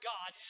God